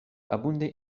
abunde